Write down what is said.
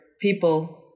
people